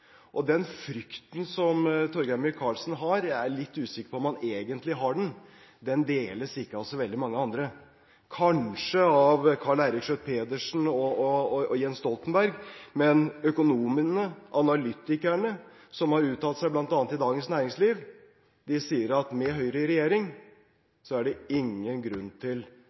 Den frykten som Torgeir Micaelsen har, er jeg litt usikker på om han egentlig har. Han deler den ikke med så veldig mange andre. Kanskje med Karl Eirik Schjøtt-Pedersen og Jens Stoltenberg, men økonomene og analytikerne som har uttalt seg bl.a. i Dagens Næringsliv, sier at med Høyre i regjering er det ingen grunn til